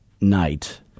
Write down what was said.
night –